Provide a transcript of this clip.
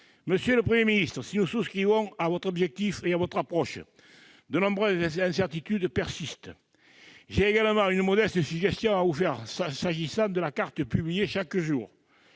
Monsieur le Premier ministre, si nous souscrivons à votre objectif et à votre approche, de nombreuses incertitudes persistent. J'ai d'ailleurs une modeste suggestion à vous faire quant à la carte publiée chaque jour